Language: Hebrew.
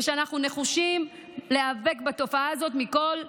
ושאנחנו נחושים להיאבק בתופעה הזאת מכל חזית.